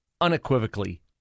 unequivocally